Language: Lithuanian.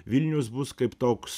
vilnius bus kaip toks